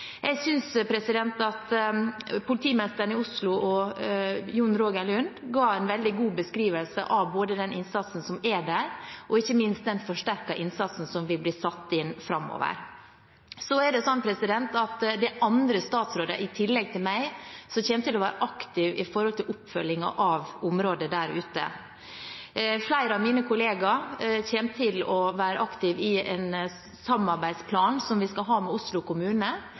Jeg synes politimesteren i Oslo og John Roger Lund ga en veldig god beskrivelse både av den innsatsen som er der, og ikke minst av den forsterkede innsatsen som vil bli satt inn framover. Så er det slik at det er andre statsråder i tillegg til meg som kommer til å være aktive i oppfølgingen av området der ute. Flere av mine kollegaer kommer til å være aktive i en samarbeidsplan som vi skal ha med Oslo kommune,